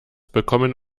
bekommen